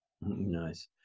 nice